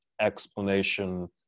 explanation